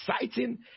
exciting